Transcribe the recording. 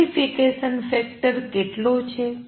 amplification factor કેટલો છે